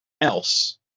else